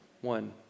One